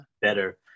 Better